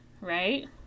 right